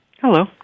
Hello